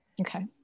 Okay